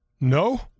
No